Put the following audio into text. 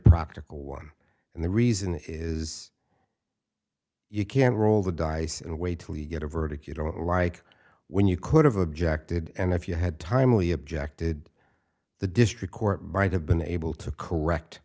practical one and the reason is you can roll the dice and wait till you get a verdict you don't like when you could have objected and if you had timely objected the district court might have been able to correct